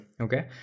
okay